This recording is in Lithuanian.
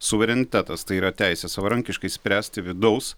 suverenitetas tai yra teisė savarankiškai spręsti vidaus